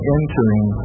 entering